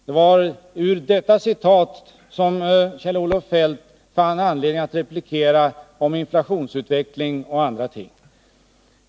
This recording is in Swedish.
Det var genom det citatet Kjell-Olof Feldt fann anledning till sitt genmäle om inflationsutvecklingen och andra ting.